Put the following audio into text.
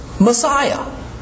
Messiah